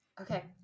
Okay